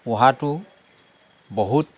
পোহাটো বহুত